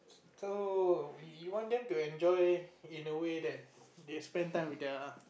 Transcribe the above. so you you want them to enjoy in a way that they spend time with their